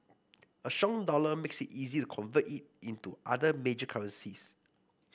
a strong dollar makes it easier to convert in into other major currencies